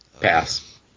Pass